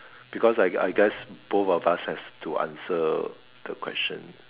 because I I guess both of us have to answer the question